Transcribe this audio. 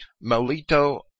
Melito